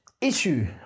issue